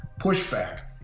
pushback